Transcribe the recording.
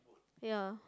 ya